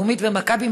לאומית ומכבי,